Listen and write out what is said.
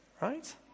right